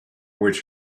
which